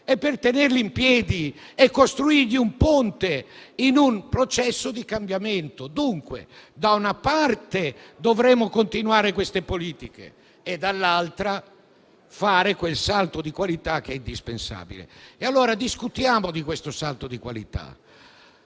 a tenerle in piedi e a costruire un ponte in un processo di cambiamento. Dunque, da una parte, dovremo continuare queste politiche e, dall'altra, fare quel salto di qualità che è indispensabile. Discutiamo, allora, di questo salto di qualità.